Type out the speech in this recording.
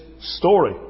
story